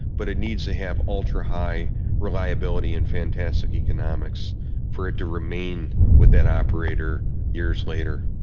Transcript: but it needs to have ultrahigh reliability and fantastic economics for it to remain with that operator years later.